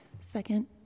Second